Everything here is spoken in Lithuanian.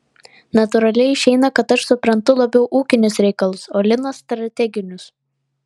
natūraliai išeina kad aš suprantu labiau ūkinius reikalus o linas strateginius